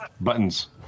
Buttons